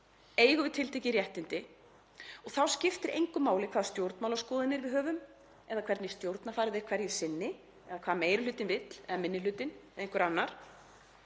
eigum við tiltekin réttindi og þá skiptir engu máli hvaða stjórnmálaskoðanir við höfum eða hvernig stjórnarfarið er hverju sinni, eða hvað meiri hlutinn vill eða minni hlutinn eða einhver annar,